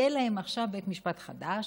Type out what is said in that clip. יהיה להם עכשיו בית משפט חדש,